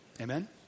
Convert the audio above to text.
Amen